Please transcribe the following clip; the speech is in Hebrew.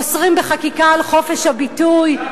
אוסרים בחקיקה על חופש הביטוי,